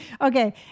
Okay